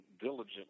diligently